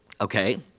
okay